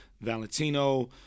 Valentino